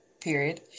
period